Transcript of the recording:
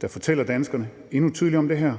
der fortæller danskerne endnu tydeligere om det her,